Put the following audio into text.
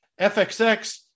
fxx